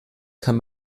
kann